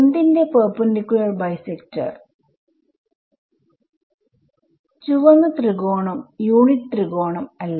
എന്തിന്റെ perpendicular bisector ചുവന്ന ത്രികോണം യൂണിറ്റ് ത്രികോണം അല്ല